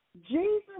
Jesus